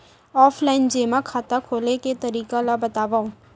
Offline जेमा खाता खोले के तरीका ल बतावव?